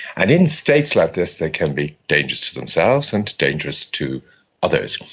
and in states like this they can be dangerous to themselves and dangerous to others.